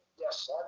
Yes